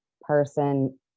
person